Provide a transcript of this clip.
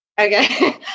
okay